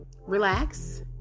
relax